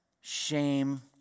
shame